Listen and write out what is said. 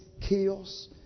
chaos